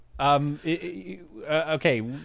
Okay